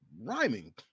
rhyming